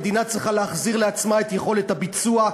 המדינה צריכה להחזיר לעצמה את יכולת הביצוע.